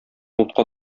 утка